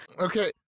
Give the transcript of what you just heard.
Okay